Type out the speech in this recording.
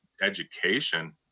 education